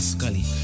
Scully